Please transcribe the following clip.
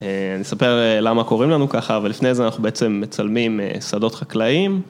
אני אספר למה קוראים לנו ככה, אבל לפני זה אנחנו בעצם מצלמים שדות חקלאים.